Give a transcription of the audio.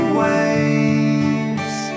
waves